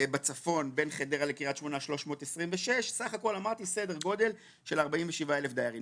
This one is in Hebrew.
בצפון בין חדרה לקריית שמונה 326. סך הכול סדר גודל של 47,000 דיירים.